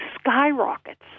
skyrockets